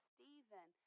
Stephen